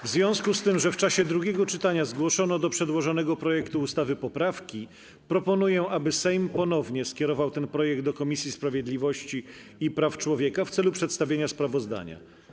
W związku z tym, że w czasie drugiego czytania zgłoszono do przedłożonego projektu ustawy poprawki, proponuję, aby Sejm ponownie skierował ten projekt do Komisji Sprawiedliwości i Praw Człowieka w celu przedstawienia sprawozdania.